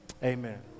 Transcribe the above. Amen